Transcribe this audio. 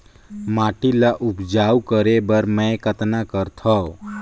माटी ल उपजाऊ करे बर मै कतना करथव?